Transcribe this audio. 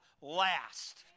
last